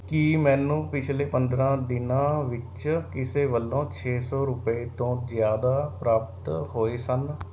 ਕੀ ਮੈਨੂੰ ਪਿਛਲੇ ਪੰਦਰਾਂ ਦਿਨਾਂ ਵਿੱਚ ਕਿਸੇ ਵੱਲੋਂ ਛੇ ਸੌ ਰੁਪਏ ਤੋਂ ਜ਼ਿਆਦਾ ਪ੍ਰਾਪਤ ਹੋਏ ਸਨ